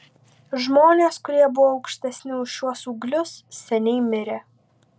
žmonės kurie buvo aukštesni už šiuos ūglius seniai mirė